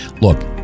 Look